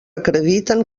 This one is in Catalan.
acrediten